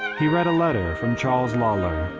he read a letter from charles lawlor,